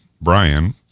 Brian